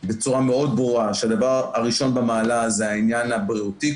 בצורה מאוד שהדבר הראשון במעלה הוא העניין הבריאותי,